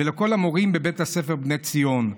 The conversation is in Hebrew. ולכל המורים בבית הספר בני ציון,